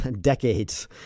decades